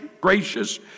gracious